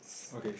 okay